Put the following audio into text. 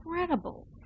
incredible